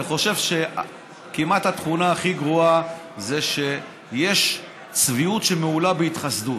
ואני חושב שהתכונה הכי גרועה כמעט היא שיש צביעות שמהולה בהתחסדות.